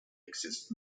exists